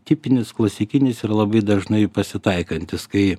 tipinis klasikinis ir labai dažnai pasitaikantis kai